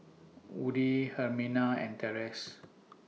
Woody Herminia and Terese